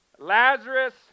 Lazarus